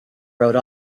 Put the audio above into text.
wrote